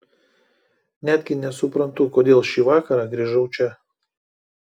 netgi nesuprantu kodėl šį vakarą grįžau čia